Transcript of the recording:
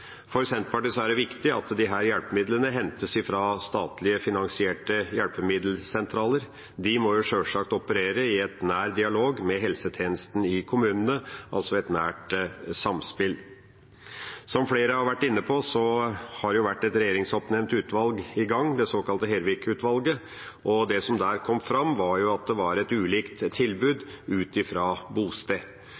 For Senterpartiet er det viktig at disse hjelpemidlene hentes fra statlig finansierte hjelpemiddelsentraler. De må sjølsagt operere i nær dialog med helsetjenesten i kommunene, altså i et nært samspill. Som flere har vært inne på, har det vært et regjeringsoppnevnt utvalg i gang, det såkalte Hervik-utvalget, og det som kom fram der, var at det var ulike tilbud